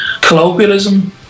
colloquialism